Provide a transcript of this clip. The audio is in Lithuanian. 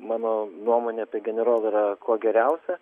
mano nuomonė apie generolą yra kuo geriausia